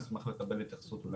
אשמח לקבל התייחסות.